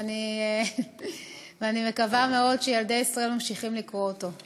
ואני מקווה מאוד שילדי ישראל ממשיכים לקרוא את יצירותיו.